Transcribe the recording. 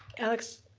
alex.